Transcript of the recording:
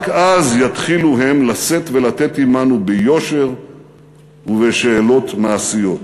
רק אז יתחילו הם לשאת ולתת עמנו ביושר ובשאלות מעשיות.